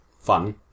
fun